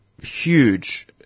huge